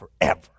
forever